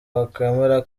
wakwemera